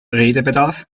redebedarf